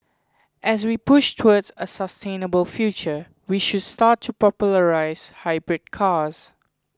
as we push towards a sustainable future we should start to popularise hybrid cars